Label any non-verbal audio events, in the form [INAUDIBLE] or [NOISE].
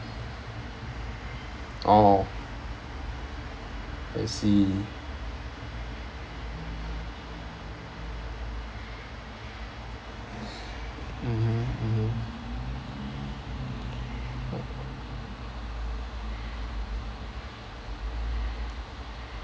oh I see [NOISE] mmhmm mmhmm [NOISE]